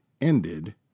ended